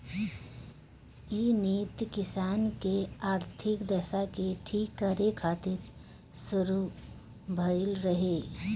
इ नीति किसान के आर्थिक दशा के ठीक करे खातिर शुरू भइल रहे